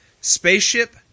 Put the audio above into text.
Spaceship